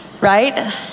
right